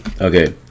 okay